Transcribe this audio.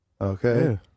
Okay